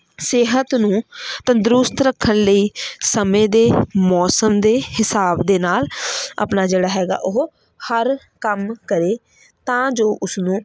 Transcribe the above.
ਸਿਹਤ ਨੂੰ ਤੰਦਰੁਸਤ ਰੱਖਣ ਲਈ ਸਮੇਂ ਦੇ ਮੌਸਮ ਦੇ ਹਿਸਾਬ ਦੇ ਨਾਲ ਆਪਣਾ ਜਿਹੜਾ ਹੈਗਾ ਉਹ ਹਰ ਕੰਮ ਕਰੇ ਤਾਂ ਜੋ ਉਸਨੂੰ